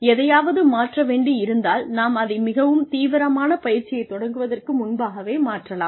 எதையாவது மாற்ற வேண்டியிருந்தால் நாம் அதை மிகவும் தீவிரமான பயிற்சியைத் தொடங்குவதற்கு முன்பாகவே மாற்றலாம்